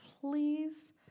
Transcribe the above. please